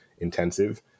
intensive